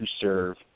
serve